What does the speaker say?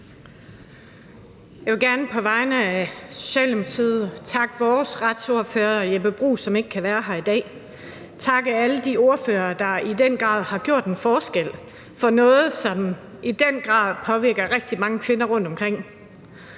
Jeg vil gerne på vegne af Socialdemokratiet takke vores retsordfører, Jeppe Bruus, som ikke kan være her i dag, og takke alle de ordførere, der i den grad har gjort en forskel, for noget, som i den grad påvirker rigtig mange kvinder rundtomkring.